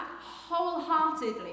wholeheartedly